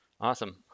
Awesome